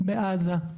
בעזה.